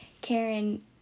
Karen